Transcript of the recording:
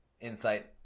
insight